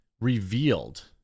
revealed